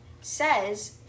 says